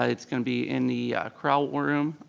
and it's gonna be in the chorale room,